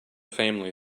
family